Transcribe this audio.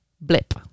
blip